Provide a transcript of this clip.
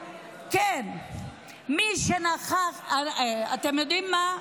וכן, מי שנכח, אתם יודעים מה?